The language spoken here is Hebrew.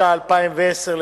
התש"ע 2010,